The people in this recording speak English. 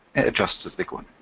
it adjusts as they go.